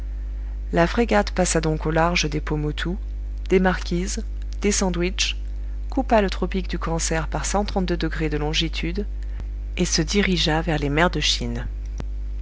la frégate passa donc au large des pomotou des marquises des sandwich coupa le tropique du cancer par de longitude et se dirigea vers les mers de chine